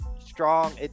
strong